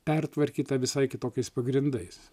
pertvarkyta visai kitokiais pagrindais